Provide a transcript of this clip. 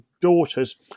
daughters